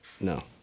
No